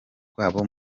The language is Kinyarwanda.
rwabo